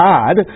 God